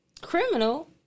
criminal